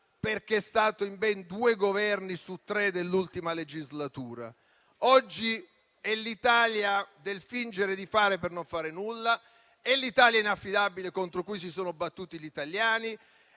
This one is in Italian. perché è stato in ben due Governi su tre dell'ultima legislatura. Oggi è l'Italia del fingere di fare per non fare nulla, è l'Italia inaffidabile contro cui si sono battuti gli italiani,